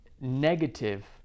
negative